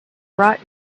brought